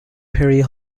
perry